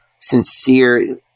sincere